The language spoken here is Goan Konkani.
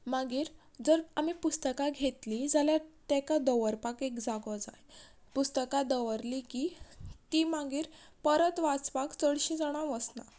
मागीर जर आमी पुस्तकां घेतलीं जाल्या ताका दवरपाक एक जागो जाय पुस्तकां दवरलीं की तीं मागीर परत वाचपाक चडशीं जाणां वसना